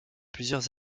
plusieurs